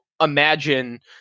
imagine –